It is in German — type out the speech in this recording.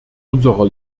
unserer